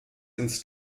ins